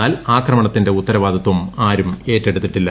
എന്നാൽ ആക്രമണത്തിന്റെ ഉത്തരവാദിത്വം ആരും ഏറ്റെടുത്തിട്ടില്ല